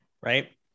right